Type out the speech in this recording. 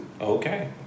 Okay